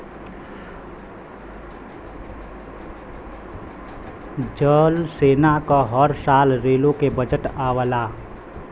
जल सेना क हर साल रेलो के बजट आवला